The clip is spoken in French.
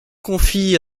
confie